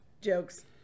jokes